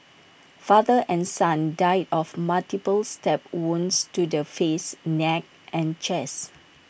father and son died of multiple stab wounds to the face neck and chest